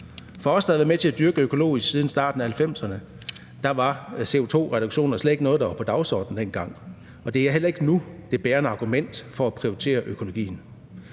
For os, der har været med til at dyrke økologisk siden starten af 1990'erne, var CO2-reduktioner slet ikke noget, der var på dagsordenen dengang, og det er heller ikke nu det bærende argument for at prioritere økologien.